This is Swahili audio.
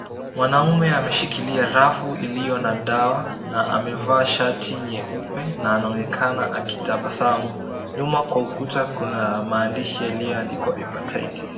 Mwanaume ameshikilia rafu iliyo na dawa na amevaa shati nyeupe na anaonekana akitabasamu. Nyuma kwa ukuta kuna maandishi yalioandikwa hepatitis .